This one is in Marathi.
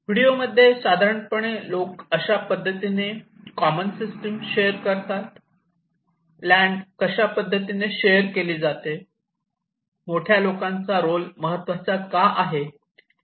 व्हिडिओमध्ये साधारणपणे लोक कशा पद्धतीने कॉमन सिस्टीम शेअर करतात लँड कशा पद्धतीने शेअर केली जाते मोठ्या लोकांचा रोल महत्त्वाचा का आहे